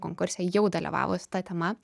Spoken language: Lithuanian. konkurse jau dalyvavo su ta tema